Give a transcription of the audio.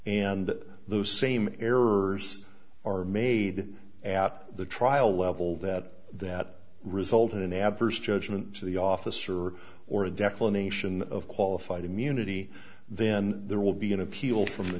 and those same errors are made at the trial level that that result in an adverse judgment to the officer or a declaration of qualified immunity then there will be an appeal from the